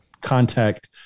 contact